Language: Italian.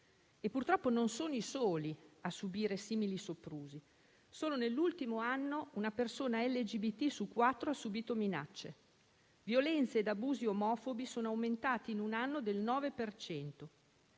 Purtroppo non sono i soli a subire simili soprusi: solo nell'ultimo anno, una persona LGBT su quattro ha subito minacce, violenze ed abusi omofobi sono aumentati in un anno del 9